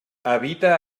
evita